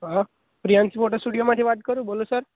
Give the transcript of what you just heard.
હા પ્રિયાન્સ મોટર્સ સ્ટુડિયોમાંથી વાત કરું બોલો સર